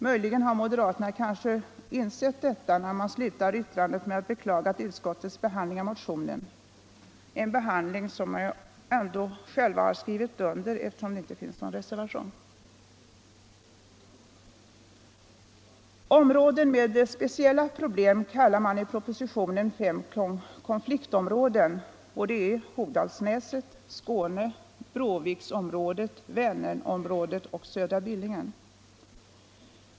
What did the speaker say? Möjligen har moderaterna insett detta eftersom man slutar yttrandet med att klaga på utskottets behandling av motionen — en behandling som de ju ändå själva skrivit under på, eftersom de inte avgivit någon reservation. Områden med speciella problem kallar man i propositionen fem konfliktområden, nämligen Hogdalsnäset, Skåne, Bråviksområdet, Vänerområdet och södra Billingen.